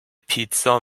پیتزا